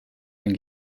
ein